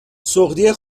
سُغدی